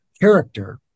character